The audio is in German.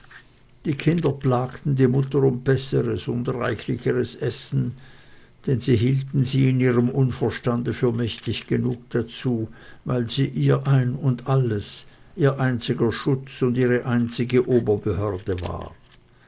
die kinder plagten die mutter um besseres und reichlicheres essen denn sie hielten sie in ihrem unverstande für mächtig genug dazu weil sie ihr ein und alles ihr einziger schutz und ihre einzige oberbehörde war